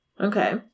Okay